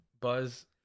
Buzz